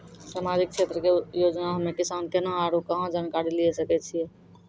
समाजिक क्षेत्र के योजना हम्मे किसान केना आरू कहाँ जानकारी लिये सकय छियै?